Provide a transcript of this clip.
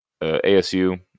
ASU